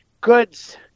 goods